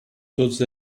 todos